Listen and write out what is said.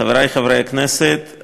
חברי חברי הכנסת,